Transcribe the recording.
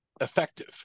effective